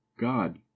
god